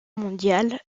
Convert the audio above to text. mondiale